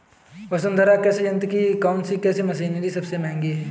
वसुंधरा कृषि यंत्र की कौनसी कृषि मशीनरी सबसे महंगी है?